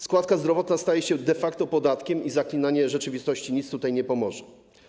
Składka zdrowotna staje się de facto podatkiem i zaklinanie rzeczywistości nic tutaj nie pomoże.